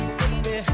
baby